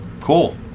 Cool